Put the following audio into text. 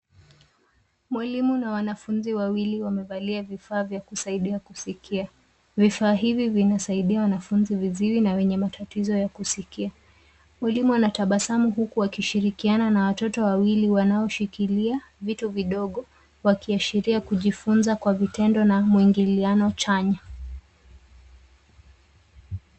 Mwalimu na wanafunzi wawili wamevalia vifaa vya kusaidia kusikia. Vifaa hivi vinasaidia wanafunzi viziwi na wenye matatizo ya kusikia. Mwalimu anatabasamu huku akishirikiana na watoto wawili wanaoshikilia vitu vidogo wakiashiria kujifunza kwa vitendo na mwingiliano chanya.